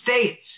states